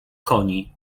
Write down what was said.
koni